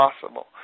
possible